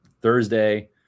Thursday –